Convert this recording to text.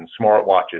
smartwatches